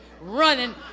running